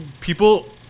people